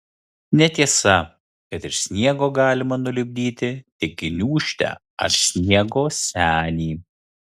netiesa kad iš sniego galima nulipdyti tik gniūžtę ar sniego senį